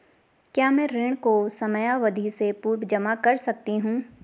क्या मैं ऋण को समयावधि से पूर्व जमा कर सकती हूँ?